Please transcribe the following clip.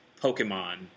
Pokemon